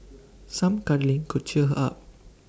some cuddling could cheer her up